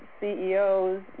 CEOs